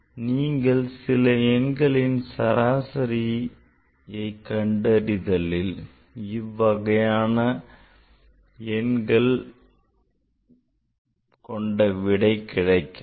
நீங்கள் சில எண்களின் சராசரியை கண்டறிந்ததில் இவ்வகையான எண்கள் விடை கிடைக்கலாம்